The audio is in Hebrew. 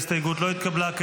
ההסתייגות לא התקבלה.